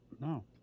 No